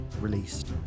released